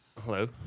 hello